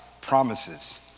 promises